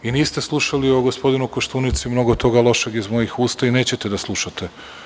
Niste slušali o gospodinu Koštunici mnogo toga lošeg iz mojih usta i nećete da slušate.